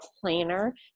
planner